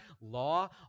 law